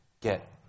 get